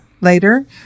later